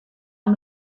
amb